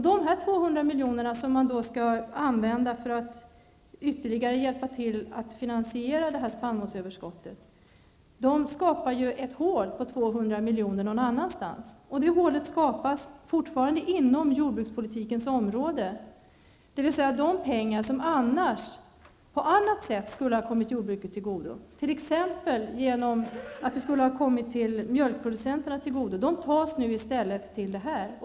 Dessa 200 miljoner, som man skall använda till att hjälpa till ytterligare att finansiera spannmålsöverskottet, åstadkommer ett hål någon annanstans, och det blir också inom jordbrukspolitikens område. Pengar som annars skulle ha kommit jordbruket till godo på annat sätt, t.ex. gått till mjölkproducenterna, tas nu i stället till det här.